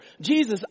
Jesus